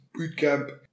Bootcamp